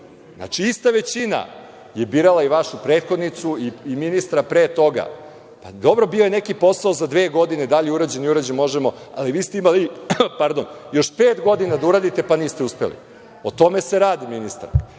Znači, ista većina je birala vašu prethodnicu i ministra pre toga. Dobro, bio je neki posao za dve godine, da li je urađen ili nije, možemo, ali vi ste imali još pet godina da uradite, pa niste uspeli. O tome se radi, ministarka. Razumem